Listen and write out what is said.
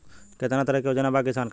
केतना तरह के योजना बा किसान खातिर?